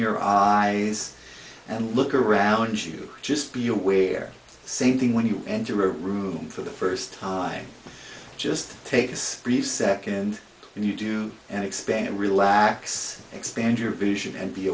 your eyes and look around you just be aware same thing when you enter a room for the first time just take this brief second and you do and expand relax expand your vision and be